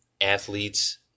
athletes